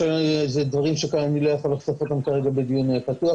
זה דברים שאני לא יכול לחשוף אותם כרגע בדיון פתוח,